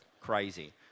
Crazy